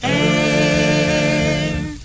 air